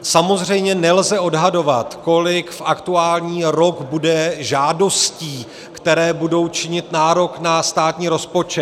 Samozřejmě nelze odhadovat, kolik v aktuální rok bude žádostí, které budou činit nárok na státní rozpočet.